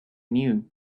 knew